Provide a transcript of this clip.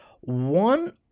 one